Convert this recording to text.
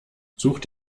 sucht